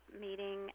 meeting